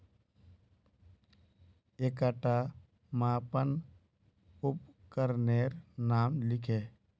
एकटा मापन उपकरनेर नाम लिख?